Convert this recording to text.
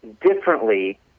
differently